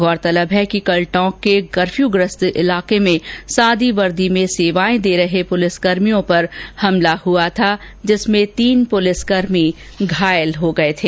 गौरतलब है कि कल टोंक के कफर्यूग्रस्त इलाके में सादी वर्दी में सेवायें दे रहे पुलिसकर्मियों पर हमला हुआ था जिसमें तीन पुलिसकर्मी घालय हो गये थे